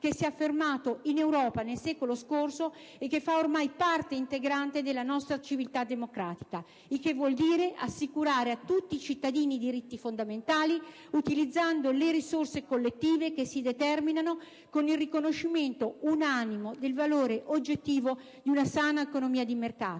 che si è affermato in Europa nel secolo scorso e che, ormai, fa parte integrante della nostra civiltà democratica. Ciò significa assicurare a tutti i cittadini i diritti fondamentali, utilizzando le risorse collettive che si determinano con il riconoscimento unanime del valore oggettivo di una sana economia di mercato